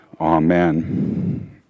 Amen